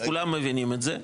כולם מבינים את זה,